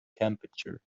temperature